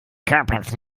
körpers